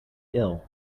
ill